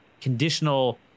conditional